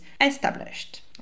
established